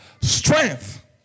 strength